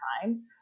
time